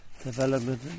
development